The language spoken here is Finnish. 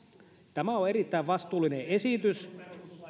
tämä on erittäin vastuullinen esitys